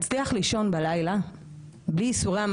אבל צריך שתהיה הרחבה ל-60 יום כי 30 יום זה לא